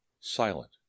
silent